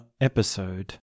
episode